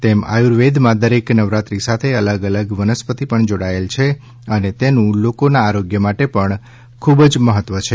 તેમ આયુર્વેદમાં દરેક નવરાત્રી સાથે અલગ અલગ વનસ્પતિ પણ જોડાયેલી છે અને તેનું લોકોના આરોગ્ય માટે પણ ખુબ જ મહત્વ છે